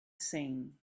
seen